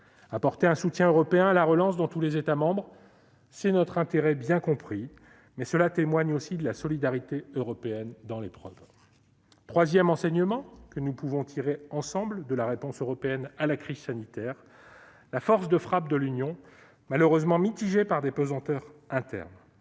Apporter un soutien européen à la relance dans tous les États membres est notre intérêt bien compris, mais cela témoigne aussi de la solidarité européenne dans l'épreuve. Le troisième enseignement que nous pouvons tirer ensemble de la réponse européenne à la crise sanitaire est la force de frappe de l'Union, malheureusement atténuée par des pesanteurs internes.